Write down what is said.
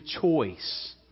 choice